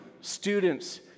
students